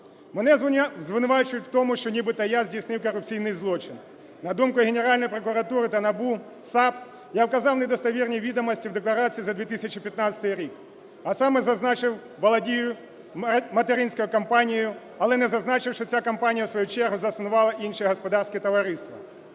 Мене звинувачують в тому, що нібито я здійснив корупційний злочин. На думку Генеральної прокуратури та НАБУ, САП, я вказав недостовірні відомості в декларації за 2015 рік, а саме зазначив "володію материнською компанією", але не зазначив, що ця компанія, в свою чергу, заснувала інше господарське товариство.